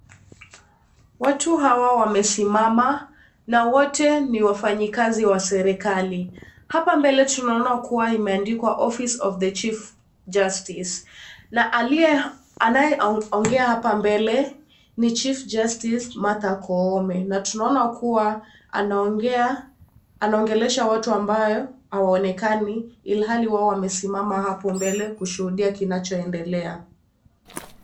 Watu hawa wamesimama na wote ni wafanyikazi wa serikali . Hapa mbele tunaoana kuwa imeandikwa office of the chief justice na aliye anayeongea hapa mbele ni chief justice Martha Koome na tunaona kuwa anaongea anaongelesha watu ambayo hawaonekani ilhali wao wamesimama hapo mbele kushuhudia kinachoendelea.